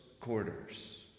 quarters